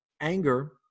anger